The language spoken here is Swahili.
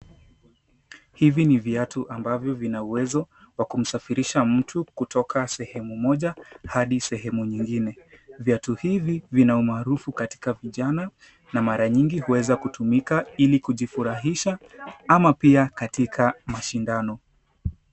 Hivi ni viatu ambavyo vina uwezo wa kumsafirisha mtu kutoka sehemu moja hadi sehemu nyingine. Viatu hivi vina umaarufu katika vijana na mara nyingi huweza kutumika ili kujifurahisha ama pia katika mashindano.